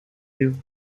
you